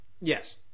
Yes